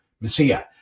Messiah